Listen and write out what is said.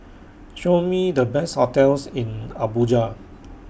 Show Me The Best hotels in Abuja